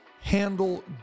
handle